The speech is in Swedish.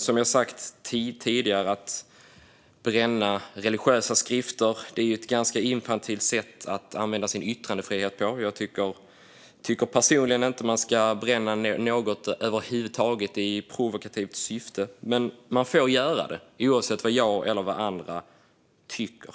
Som jag tidigare sagt är att bränna religiösa skrifter ett ganska infantilt sätt att använda sin yttrandefrihet på. Jag tycker inte att man ska bränna något över huvud taget i provokativt syfte. Men man får göra det, oavsett vad jag eller andra tycker.